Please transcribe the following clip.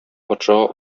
патшага